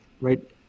right